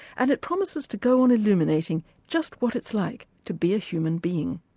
and it promises to go on illuminating just what it's like to be a human being.